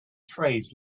trays